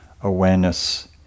awareness